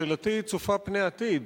שאלתי צופה פני עתיד,